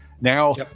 now